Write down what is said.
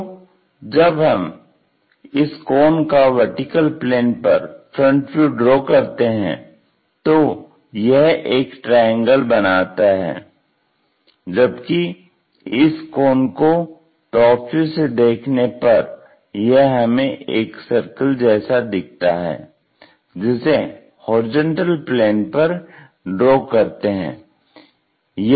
तो जब हम इस कोन का VP पर फ्रंट व्यू ड्रा करते हैं तो यह एक ट्रायंगल बनता है जबकि इस कोन को टॉप से देखने पर यह हमें एक सर्किल जैसा दिखता है जिसे HP पर ड्रा करते हैं